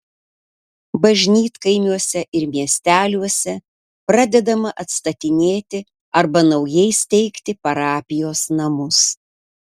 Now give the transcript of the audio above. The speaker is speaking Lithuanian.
bažnytkaimiuose ir miesteliuose pradedama atstatinėti arba naujai steigti parapijos namus